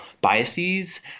biases